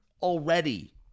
already